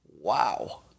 Wow